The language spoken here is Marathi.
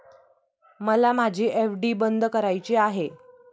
मला माझी एफ.डी बंद करायची आहे